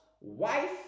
wife